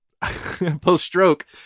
Post-stroke